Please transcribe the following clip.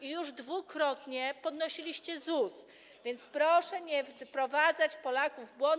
i już dwukrotnie podnosiliście ZUS, więc proszę nie wprowadzać Polaków w błąd.